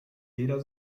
jeder